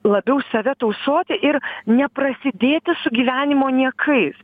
labiau save tausoti ir neprasidėti su gyvenimo niekais